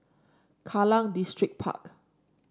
Kallang Distripark